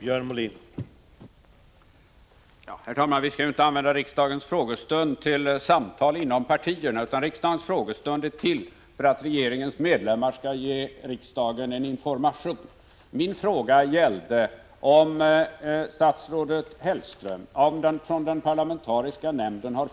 Enligt tidningsuppgifter finns det misstankar om brott mot de svenska reglerna för krigsmaterielexport när det gäller flera länder. Utifrån svensk säkerhetspolitik är det mycket viktigt att våra restriktiva regler på detta område följs.